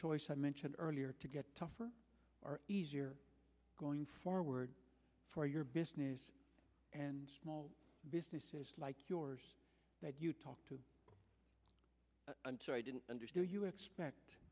choice i mentioned earlier to get tougher or easier going forward for your business and small businesses like yours that you talked to i didn't understand you expect